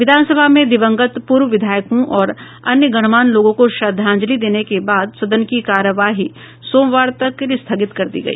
विधान सभा में दिवंगत पूर्व विधायकों और अन्य गणमान्य लोगों को श्रद्वांजलि देने के बाद सदन की कार्यवाही सोमवार तक स्थगित कर दी गई